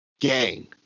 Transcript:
Gang